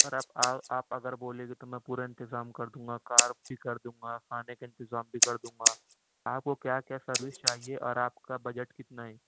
سر اب آپ اگر بولیں گے تو میں پورا انتظام کر دوں گا کار بھی کر دوں گا کھانے کا انتظام بھی کر دوں گا آپ کو کیا کیا سروس چاہیے اور آپ کا بجٹ کتنا ہے